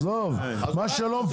מה שלא מפוקח.